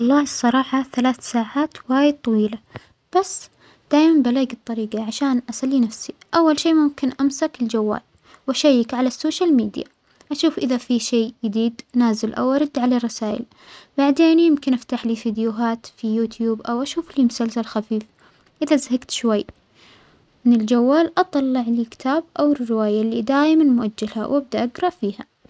والله الصراحة ثلاث ساعات وايد طويلة، بس دايما بلاجى الطريجة عشان أسلى نفسى، أول شيء ممكن أمسك الجوال وأشيك على السوشيال ميديا وأشوف إذا في شيء جديد نازل أو أرد على الرسايل، بعدين يمكن أفتحلى فيديوهات في يوتيوب أو أشوفلى مسلسل خفيف، إذا زهجت شوى من الجوال أطلعلى كتاب أو الرواية اللى دايما مأجلها وأبدأ أجرى فيها.